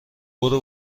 برو